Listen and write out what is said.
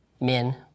Min